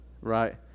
right